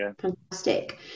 Fantastic